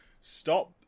Stop